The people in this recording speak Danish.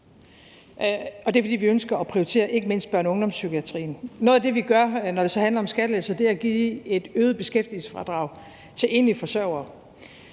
vi ønsker at prioritere ikke mindst børne- og ungdomspsykiatrien. Noget af det, vi gør, når det så handler om skattelettelser, er at give et øget beskæftigelsesfradrag til enlige forsørgere.